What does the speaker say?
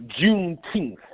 juneteenth